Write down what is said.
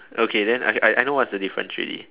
okay then I I I know what's the difference already